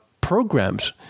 programs